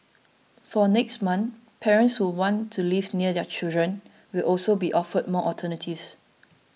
from next month parents who want to live near their children will also be offered more alternatives